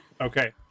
Okay